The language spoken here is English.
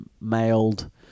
mailed